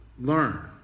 learn